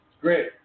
Great